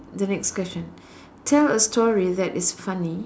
the next question tell a story that is funny